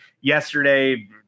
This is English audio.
yesterday